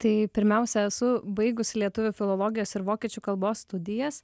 tai pirmiausia esu baigusi lietuvių filologijos ir vokiečių kalbos studijas